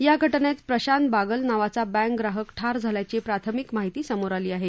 या घ जित प्रशांत बागल नावाचा बँक ग्राहक ठार झाल्याची प्राथमिक माहिती समोर आली आहे